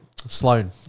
Sloan